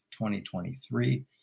2023